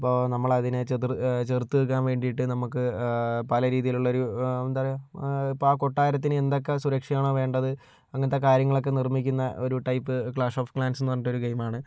അപ്പോൾ നമ്മളതിനെ ചെതുർ ചെറുത്ത് നിൽക്കാൻ വേണ്ടിയിട്ട് നമുക്ക് പല രീതിയിലുള്ളൊരു എന്താ പറയുക ഇപ്പോൾ ആ കൊട്ടാരത്തിന് എന്തൊക്കെ സുരക്ഷയാണോ വേണ്ടത് അങ്ങനത്തെ കാര്യങ്ങളൊക്കെ നിർമ്മിക്കുന്ന ഒരു ടൈപ്പ് ക്ലാഷ് ഓഫ് ക്ലാൻസെന്ന് പറഞ്ഞിട്ട് ഒരു ഗെയിമാണ്